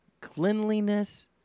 cleanliness